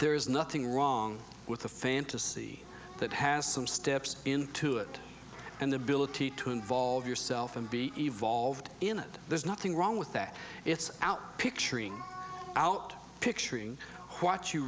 there is nothing wrong with a fantasy that has some steps into it and the ability to involve yourself and be evolved in it there's nothing wrong with that it's out picturing out picturing what you